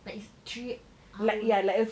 but it's three hours